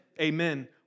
Amen